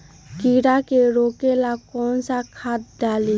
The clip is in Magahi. कीड़ा के रोक ला कौन सा खाद्य डाली?